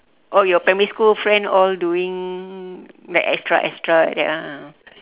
oh your primary school friend all doing like extra extra like that ah